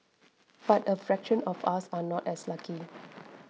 but a fraction of us are not as lucky